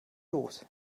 los